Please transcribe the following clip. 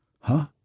Huh